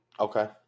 Okay